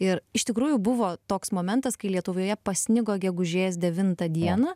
ir iš tikrųjų buvo toks momentas kai lietuvoje pasnigo gegužės devintą dieną